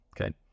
Okay